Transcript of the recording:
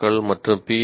க்கள் மற்றும் பி